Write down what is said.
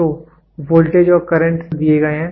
तो वोल्टेज और current signal दिए गए हैं